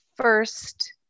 first